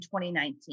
2019